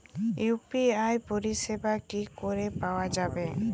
UPI পরিষেবা কি করে পাওয়া যাবে?